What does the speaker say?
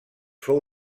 fou